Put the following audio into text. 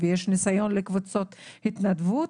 ויש ניסיון לקבוצות התנדבות,